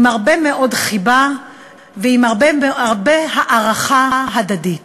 עם הרבה מאוד חיבה ועם הרבה הערכה הדדית.